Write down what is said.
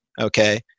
okay